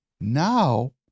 now